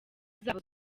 zabo